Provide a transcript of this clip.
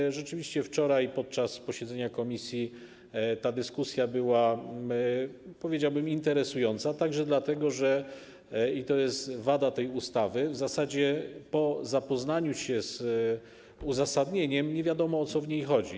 I rzeczywiście wczoraj podczas posiedzenia komisji ta dyskusja była, powiedziałbym, interesująca, także dlatego, że - i to jest wada tej ustawy - po zapoznaniu się z uzasadnieniem w zasadzie nie wiadomo, o co w niej chodzi.